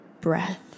breath